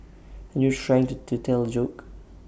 and you're trying to to tell A joke